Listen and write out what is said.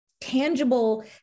tangible